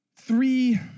three